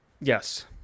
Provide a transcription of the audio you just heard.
Yes